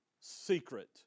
secret